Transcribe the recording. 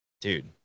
dude